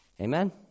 Amen